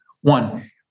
One